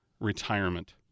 retirement